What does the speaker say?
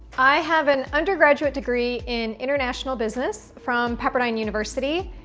i have an undergraduate degree in international business, from pepperdine university,